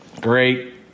Great